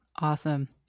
Awesome